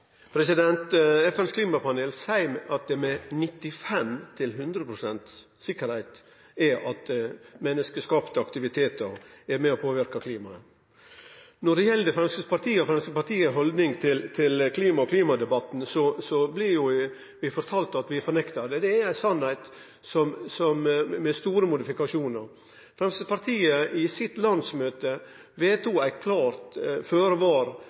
FNs klimapanel seier at det er 95 pst.–100 pst. sikkert at menneskeskapte aktivitetar er med og påverkar klimaet. Når det gjeld Framstegspartiet og Framstegspartiets haldning til klimaet og klimadebattane, blir vi fortalde at vi fornektar det. Det er ei sanning med store modifikasjonar. Framstegspartiet vedtok på landsmøtet sitt ei